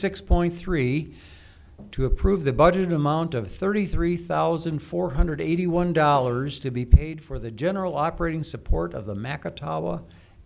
six point three two approve the budget amount of thirty three thousand four hundred eighty one dollars to be paid for the general operating support of the makah tawa